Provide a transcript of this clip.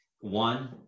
One